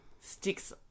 Sticks